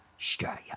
Australia